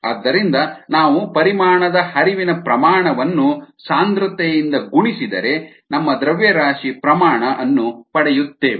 ಆದ್ದರಿಂದ ನಾವು ಪರಿಮಾಣದ ಹರಿವಿನ ಪ್ರಮಾಣವನ್ನು ಸಾಂದ್ರತೆಯಿಂದ ಗುಣಿಸಿದರೆ ನಮ್ಮ ದ್ರವ್ಯರಾಶಿ ಪ್ರಮಾಣ ಅನ್ನು ಪಡೆಯುತ್ತೇವೆ